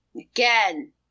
Again